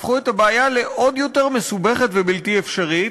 הם הפכו את הבעיה לעוד יותר מסובכת ובלתי אפשרית,